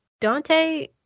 Dante